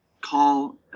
call